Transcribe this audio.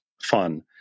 fun